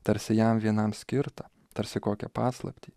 tarsi jam vienam skirta tarsi kokią paslaptį